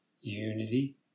unity